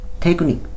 Technique